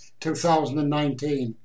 2019